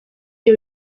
iyo